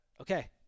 okay